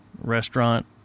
restaurant